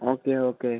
okay okay